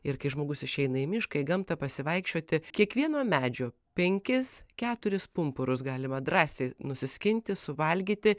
ir kai žmogus išeina į mišką į gamtą pasivaikščioti kiekvieno medžio penkis keturis pumpurus galima drąsiai nusiskinti suvalgyti